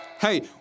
Hey